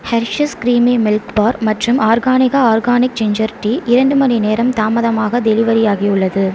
Hershey's creamy milk bar மற்றும் Organica organic ginger tea இரண்டு மணிநேரம் தாமதமாக டெலிவரி ஆகியுள்ளது